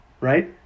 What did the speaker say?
right